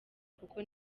kuko